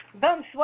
Bonsoir